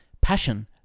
passion